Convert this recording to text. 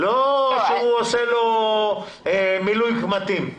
לא שהוא עושה לו מילוי קמטים.